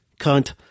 cunt